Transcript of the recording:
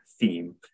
theme